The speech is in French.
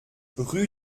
rue